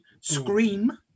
Scream